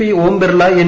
P Om Birla N